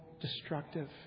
destructive